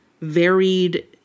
varied